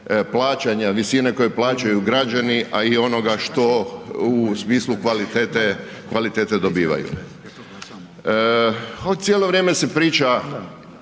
plaćanja, visine koju plaćaju građana a i onoga što u smislu kvalitete dobivaju. Cijelo vrijeme se priča